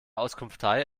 auskunftei